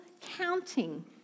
counting